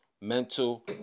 Mental